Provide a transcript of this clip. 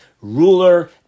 ruler